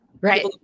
right